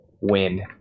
win